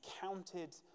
counted